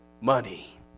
money